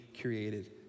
created